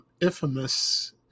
infamous